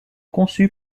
conçus